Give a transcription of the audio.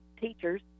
teachers